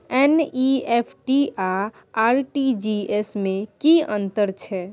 NEFT आ RTGS में की अन्तर छै?